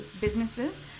businesses